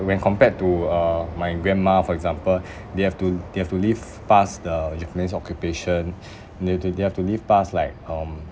when compared to uh my grandma for example they have to they have to live past the japanese occupation they have to they have to live past like um